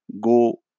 Go